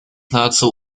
nahezu